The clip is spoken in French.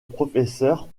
professeur